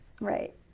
Right